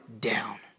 down